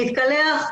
להתקלח,